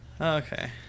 Okay